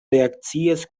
reakcias